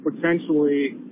potentially